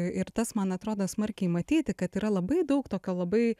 ir tas man atrodo smarkiai matyti kad yra labai daug tokio labai